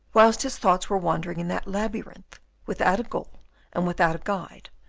whilst his thoughts were wandering in that labyrinth without a goal and without a guide,